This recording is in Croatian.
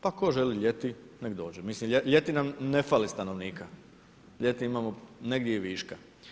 Pa tko želi ljeti neka dođe, mislim ljeti nam ne fali stanovnika, ljeti imamo negdje i viška.